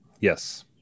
Yes